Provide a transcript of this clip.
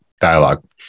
dialogue